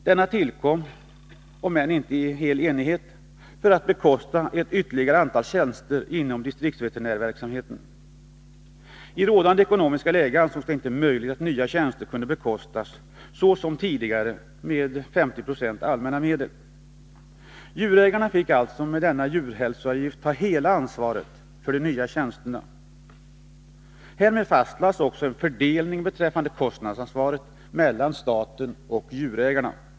Beslutet fattades, om än inte i enighet, för att man med avgiften skulle bekosta ytterliggare ett antal tjänster inom distriktsveterinärsverksamheten. I rådande ekonomiska läge ansågs det inte möjligt att såsom tidigare till 50 26 bekosta nya tjänster med allmänna medel. Djurägarna fick genom beslutet om denna djurhälsoavgift ta hela ansvaret för de nya tjänsterna. I samband med beslutet fastlades också en fördelning av kostnadsansvaret mellan staten och djurägarna.